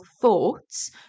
thoughts